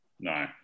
No